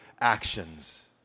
actions